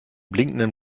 blinkenden